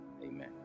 amen